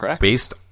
based